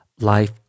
life